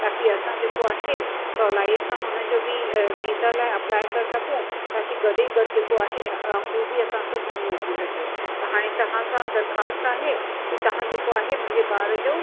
ताकि असां जेको आहे सहुलाईअ सां हुन जो बि वीज़ा लाइ अप्लाई करे सघूं ताकि गॾ ई गॾु जेको आहे हू बि असां सां घुमी अची सघे त हाणे तव्हां सां दरख़्वास्त आहे कि तव्हां जेको आहे मुंहिंजे ॿार जो